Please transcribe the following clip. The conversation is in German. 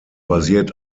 basiert